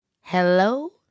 Hello